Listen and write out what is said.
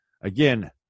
Again